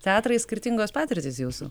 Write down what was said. teatrai skirtingos patirtys jūsų